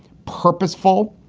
purposeful,